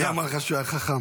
מי אמר לך שהוא היה חכם?